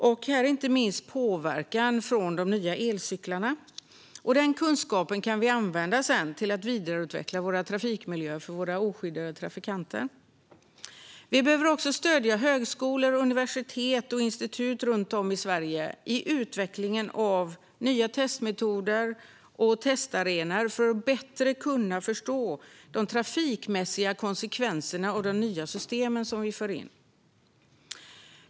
Det gäller inte minst påverkan från de nya elcyklarna. Den kunskapen kan vi sedan använda till att vidareutveckla våra trafikmiljöer för oskyddade trafikanter. Vi behöver även stödja högskolor, universitet och institut runt om i Sverige i utvecklingen av nya testmetoder och testarenor för att bättre kunna förstå de trafiksäkerhetsmässiga konsekvenserna av de nya system vi för in.